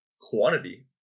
Quantity